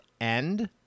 end